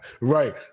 Right